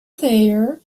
thayer